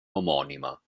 omonima